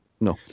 no